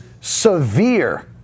severe